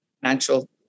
financial